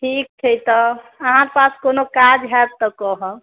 ठीक छै तऽ अहाँके पास कोनो काज हैत तऽ कहब